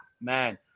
man